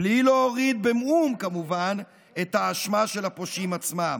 בלי להוריד במאום, כמובן, מהאשמה של הפושעים עצמם.